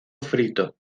frito